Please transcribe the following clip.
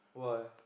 !wah!